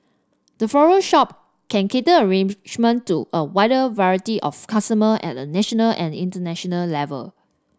the floral shop can cater arrangement to a wider variety of customer at a national and international level